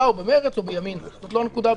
או במרצ או בימינה זאת לא הנקודה בכלל.